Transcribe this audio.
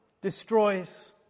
destroys